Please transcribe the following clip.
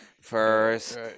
first